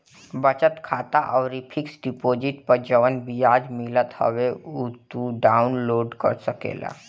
बचत खाता अउरी फिक्स डिपोजिट पअ जवन बियाज मिलत हवे उहो तू डाउन लोड कर सकेला